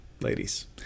ladies